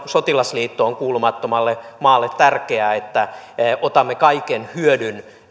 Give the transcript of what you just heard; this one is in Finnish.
sotilasliittoon kuulumattomalle maalle on tärkeää että otamme kaiken hyödyn